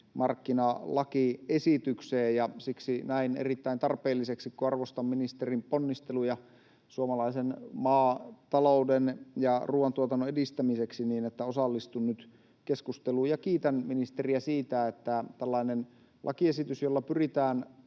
elintarvikemarkkinalakiesitykseen. Siksi näen erittäin tarpeelliseksi, kun arvostan ministerin ponnisteluja suomalaisen maatalouden ja ruoantuotannon edistämiseksi, osallistua nyt keskusteluun. Kiitän ministeriä lakiesityksestä, jolla pyritään